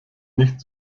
nicht